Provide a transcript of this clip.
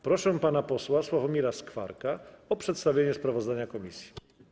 Proszę pana posła Sławomira Skwarka o przedstawienie sprawozdania komisji.